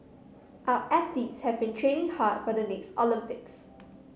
our athletes have been training hard for the next Olympics